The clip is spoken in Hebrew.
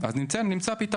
אז נמצא פיתרון.